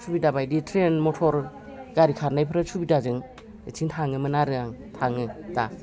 सुबिदा बायदि ट्रेन मथर गारि खारनायफोर सुबिदाजों बिथिं थाङोमोन आरो आङो थाङो दा